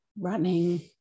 running